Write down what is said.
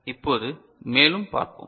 இப்போது மேலும் பார்ப்போம்